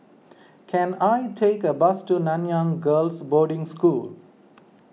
can I take a bus to Nanyang Girls' Boarding School